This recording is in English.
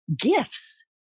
gifts